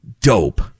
dope